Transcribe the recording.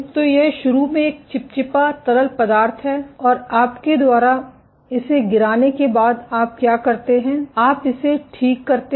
तो यह शुरू में एक चिपचिपा तरल पदार्थ है और आपके द्वारा इसे गिराने के बाद आप क्या करते हैं आप इसे ठीक करते हैं